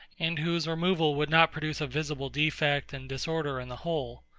and whose removal would not produce a visible defect and disorder in the whole.